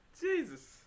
Jesus